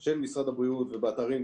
של משרד הבריאות ובאתרים,